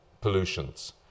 pollutions